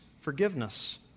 forgiveness